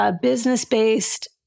business-based